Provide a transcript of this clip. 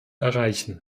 erreichen